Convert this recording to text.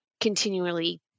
continually